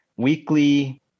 weekly